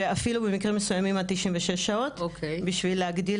ואפילו במקרים מסוימים עד 96 שעות בשביל להגדיל